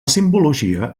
simbologia